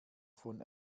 von